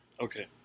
Okay